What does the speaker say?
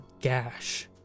gash